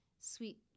sweet